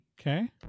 Okay